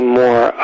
more